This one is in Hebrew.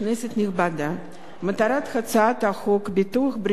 מטרת הצעת חוק ביטוח בריאות ממלכתי (תיקון,